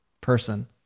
person